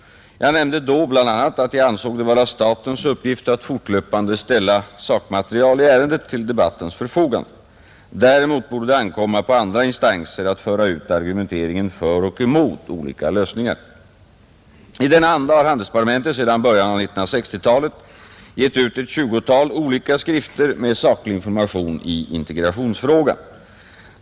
Jag nämnde då bl.a. att jag ansåg det vara statens uppgift att fortlöpande ställa sakmaterial i ärendet till debattens förfogande. Däremot borde det ankomma på andra instanser att föra ut argumenteringen för och emot olika lösningar. I denna anda har handelsdepartementet sedan början av 1960-talet gett ut ett tjugotal olika skrifter med saklig information i integrationsfrågan.